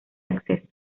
acceso